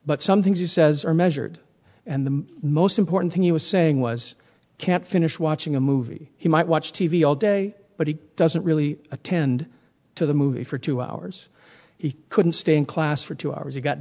but some things he says are measured and the most important thing he was saying was can't finish watching a movie he might watch t v all day but he doesn't really attend to the movie for two hours he couldn't stay in class for two hours you got